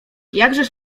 jakżeż